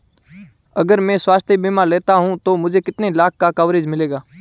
अगर मैं स्वास्थ्य बीमा लेता हूं तो मुझे कितने लाख का कवरेज मिलेगा?